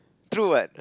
true what